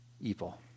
evil